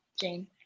Jane